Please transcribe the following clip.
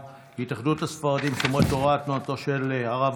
סמי אבו שחאדה